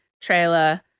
trailer